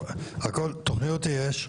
תכניות יש,